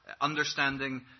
understanding